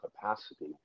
capacity